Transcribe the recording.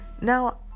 Now